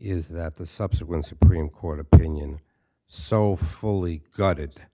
is that the subsequent supreme court opinion so fully guarded